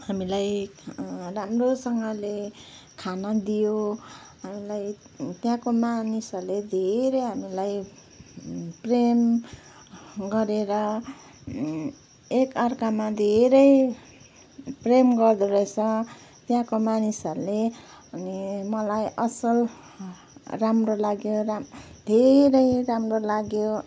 हामीलाई राम्रोसँगले खाना दियो हामीलाई त्यहाँको मानिसहरूले धेरै हामीलाई प्रेम गरेर एक अर्कामा धेरै प्रेम गर्दो रहेछ त्यहाँको मानिसहरूले अनि मलाई असल राम्रो लाग्यो धेरै राम्रो लाग्यो